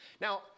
Now